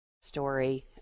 story